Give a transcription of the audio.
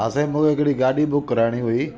हा साईं मूंखे हिकिड़ी गाॾी बुक कराइणी हुई